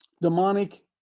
demonic